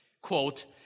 Quote